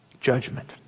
judgment